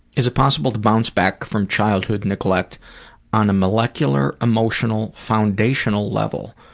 is it possible to bounce back from childhood neglect on a molecular, emotional, foundational level?